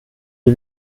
die